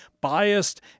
biased